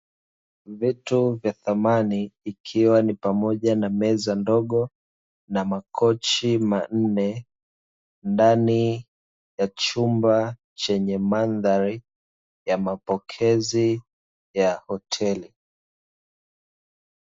Vitu vya samani ikiwa ni pamoja na meza ndogo na makochi manne, ndani ya chumba chenye mandhari ya mapokezi ya hoteli.